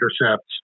intercepts